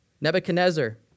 Nebuchadnezzar